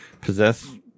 possess